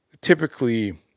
typically